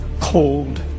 cold